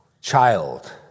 child